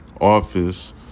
office